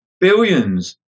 billions